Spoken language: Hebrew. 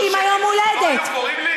3 מיליון שקל, לא היו קוראים לי?